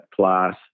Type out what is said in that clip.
class